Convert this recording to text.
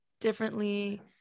differently